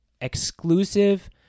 exclusive